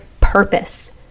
purpose